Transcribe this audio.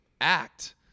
act